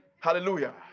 Hallelujah